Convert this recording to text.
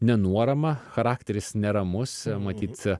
nenuorama charakteris neramus matyt